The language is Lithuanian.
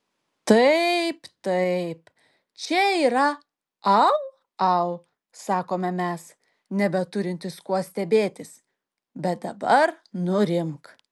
taip taip čia yra au au sakome mes nebeturintys kuo stebėtis bet dabar nurimk